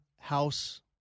House